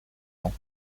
ans